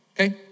Okay